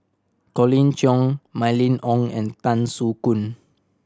Colin Cheong Mylene Ong and Tan Soo Khoon